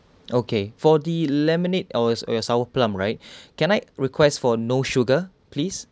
okay for the lemonade or your sour plum right can I request for no sugar please